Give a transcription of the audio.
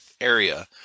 area